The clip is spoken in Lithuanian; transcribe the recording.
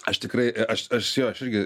aš tikrai aš aš jo aš irgi